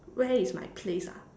where is my place ah